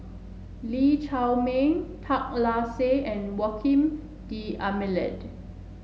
Lee Chiaw Meng Tan Lark Sye and Joaquim D'Almeida